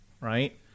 right